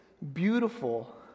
beautiful